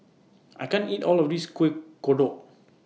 I can't eat All of This Kueh Kodok